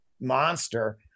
monster